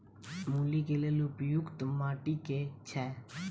मूली केँ लेल उपयुक्त माटि केँ छैय?